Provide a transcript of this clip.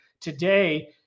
today